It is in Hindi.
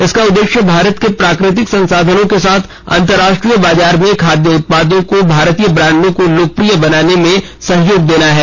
इसका उद्देश्य भारत के प्राकृतिक संसाधनों के साथ अंतरराष्ट्रीय बाजार में खाद्य उत्पादों के भारतीय ब्रांडों को लोकप्रिय बनाने में सहयोग देना है